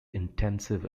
intensive